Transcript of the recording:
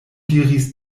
diris